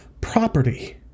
property